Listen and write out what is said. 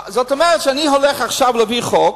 זאת אומרת שאני הולך עכשיו להביא חוק,